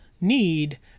need